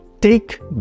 take